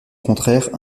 contraire